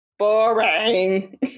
boring